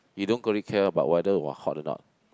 you don't really care about whether !wah! hot or not